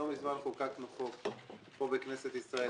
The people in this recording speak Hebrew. לא מזמן חוקקנו חוק כאן בכנסת ישראל,